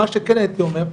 מה שכן הייתי אומר,